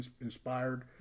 inspired